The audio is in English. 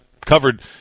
covered